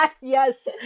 Yes